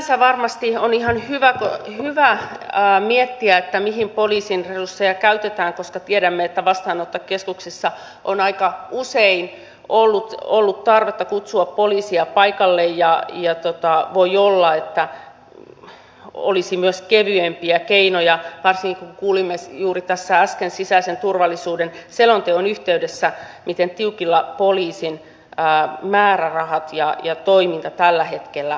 sinänsä varmasti on ihan hyvä miettiä mihin poliisin resursseja käytetään koska tiedämme että vastaanottokeskuksissa on aika usein ollut tarvetta kutsua poliisia paikalle ja voi olla että olisi myös kevyempiä keinoja varsinkin kun kuulimme tässä juuri äsken sisäisen turvallisuuden selonteon yhteydessä miten tiukilla poliisin määrärahat ja toiminta tällä hetkellä ovat